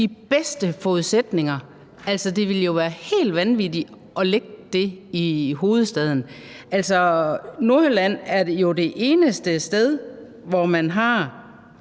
de bedste forudsætninger – altså, det ville jo være helt vanvittigt at lægge det i hovedstaden. Nordjylland er jo det eneste sted, hvor man har